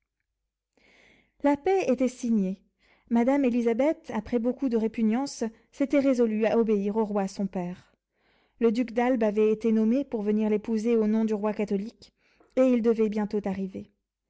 la paix était signée madame élisabeth après beaucoup de répugnance s'était résolue à obéir au roi son père le duc d'albe avait été nommé pour venir l'épouser au nom du roi catholique et il devait bientôt arriver